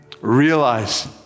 Realize